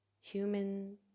human